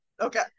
Okay